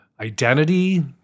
identity